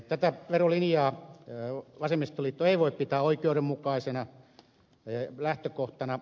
tätä verolinjaa vasemmistoliitto ei voi pitää oikeudenmukaisena lähtökohtana